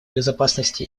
безопасности